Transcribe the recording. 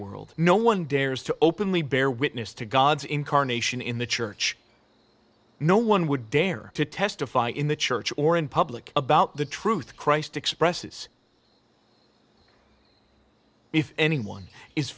world no one dares to openly bear witness to god's incarnation in the church no one would dare to testify in the church or in public about the truth christ expresses if anyone is